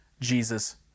Jesus